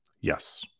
Yes